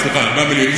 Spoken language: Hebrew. מיליון.